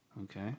Okay